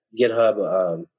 GitHub